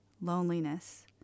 loneliness